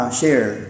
share